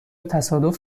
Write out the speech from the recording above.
تصادف